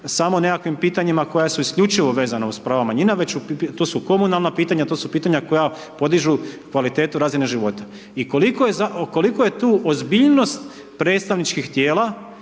samo nekakvim pitanjima koja su isključivo vezano uz prava manjina, već to su komunalna pitanja, to su pitanja koja podižu kvalitetu razine života. I koliko je tu ozbiljnost predstavničkih tijela